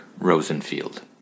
Rosenfield